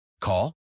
Call